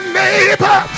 neighbor